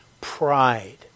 Pride